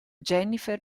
jennifer